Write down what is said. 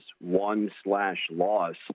one-slash-loss